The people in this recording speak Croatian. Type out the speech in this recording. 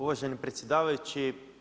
Uvaženi predsjedavajući.